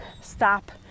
stop